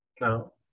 no